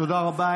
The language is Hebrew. תודה רבה.